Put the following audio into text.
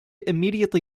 immediately